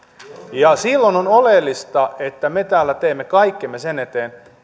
ja silloin on oleellista että me täällä teemme kaikkemme sen eteen